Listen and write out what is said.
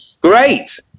Great